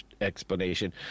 explanation